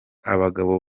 abagabo